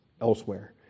elsewhere